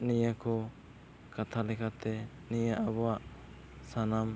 ᱱᱤᱭᱟᱹᱠᱚ ᱠᱟᱛᱷᱟ ᱞᱮᱠᱟᱛᱮ ᱱᱤᱭᱟᱹ ᱟᱵᱚᱣᱟᱜ ᱥᱟᱱᱟᱢ